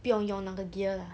不用用那个 gear lah